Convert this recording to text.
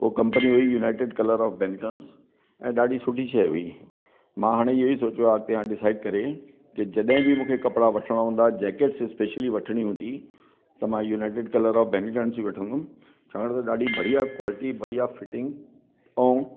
उहो कंपनी हुई united colour of Benettons ऐं ॾाढी सुठी शइ हुई मां हाणे इहेहो ई सोचो आहे की हा डिसाइड करे की जॾहिं बि मूंखे कपिड़ा वठिणा हूंदा जैकेट्स स्पेशली वठिणी हूंदी त मां युनाइटेड कलर ऑफ बेनेटंस ई वठंदुमि छाकाणि त ॾाढी बढ़िया क्वालिटी बढ़िया फिटिंग ऐं